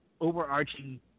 overarching